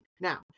Now